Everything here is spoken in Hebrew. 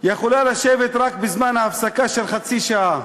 יכולה לשבת רק בזמן ההפסקה של חצי שעה.